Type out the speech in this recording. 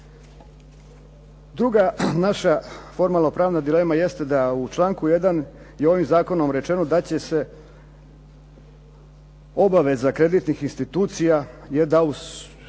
Druga naša formalno-pravna dilema jeste da u članku 1. je ovim zakonom rečeno da će se obaveza kreditnih institucija je da u svojim